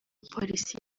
polisi